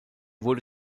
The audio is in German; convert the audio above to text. wurde